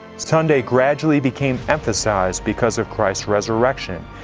sunday gradually became emphasized because of christ's resurrection,